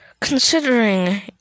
Considering